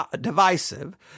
divisive